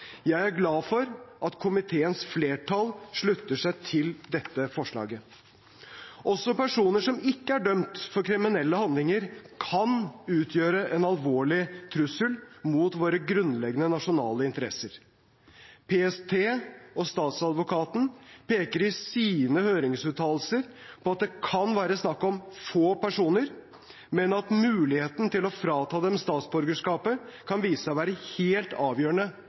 Jeg er glad for at komiteens flertall slutter seg til dette forslaget. Også personer som ikke er dømt for kriminelle handlinger, kan utgjøre en alvorlig trussel mot våre grunnleggende nasjonale interesser. PST og statsadvokaten peker i sine høringsuttalelser på at det kan være snakk om få personer, men at muligheten til å frata dem statsborgerskapet kan vise seg å være helt avgjørende